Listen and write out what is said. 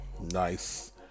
nice